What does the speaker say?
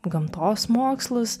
gamtos mokslus